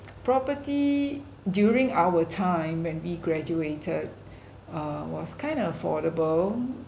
property during our time when we graduated uh was kind of affordable